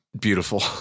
Beautiful